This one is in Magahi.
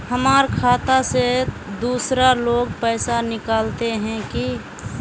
हमर खाता से दूसरा लोग पैसा निकलते है की?